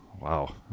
Wow